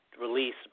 release